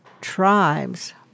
tribes